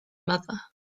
mother